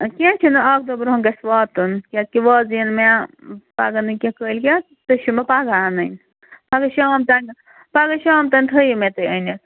کیٚنٛہہ چھُنہٕ اَکھ دۄہ برٛونٛہہ گژھِ واتُن کیٛازِکہِ وازٕ یِنۍ مےٚ پگاہ نہٕ کیٚنٛہہ کٲلکٮ۪تھ تُہۍ چھُو مےٚ پگاہ انٕنۍ پگاہ شام تامٮ۪تھ پگاہ شام تانۍ تھٲیِو مےٚ تُہۍ أنِتھ